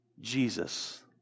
Jesus